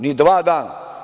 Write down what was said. Ni dva dana.